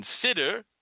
consider